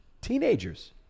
Teenagers